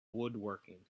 woodworking